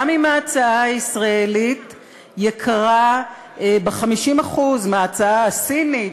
גם אם ההצעה הישראלית יקרה ב-50% מההצעה הסינית,